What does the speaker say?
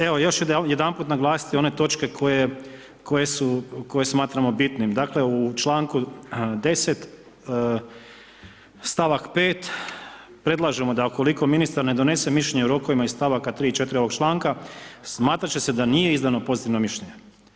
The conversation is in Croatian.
Evo, još ću jedanput naglasiti one točke koje su, koje smatramo bitnim, dakle, u čl. 10. st. 5. predlažemo da ukoliko ministar ne donese mišljenje u rokovima iz st. 3. i 4. ovog članka, smatrat će se da nije izdano pozitivno mišljenje.